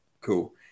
cool